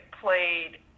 played